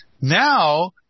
now